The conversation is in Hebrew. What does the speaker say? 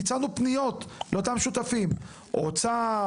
ביצענו פניות לאותם שותפים- האוצר,